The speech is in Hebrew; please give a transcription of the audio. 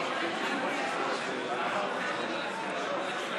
מי נגד ההסתייגות?